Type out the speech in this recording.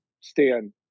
Stan